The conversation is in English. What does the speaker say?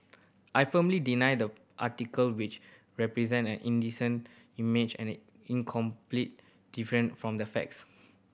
I firmly deny the article which represent an indecent image and incomplete different from the facts